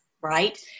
right